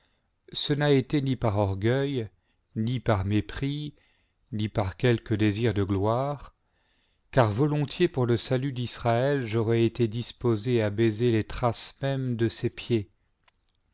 n'a été ni par orgueil ni par mépris ni par quelque désir de gloire car volontiers pour le salut d'israël j'aurais été disposé à baiser les traces mêmes de ses pieds